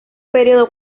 periodo